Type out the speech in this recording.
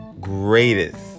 Greatest